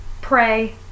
pray